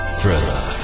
Thriller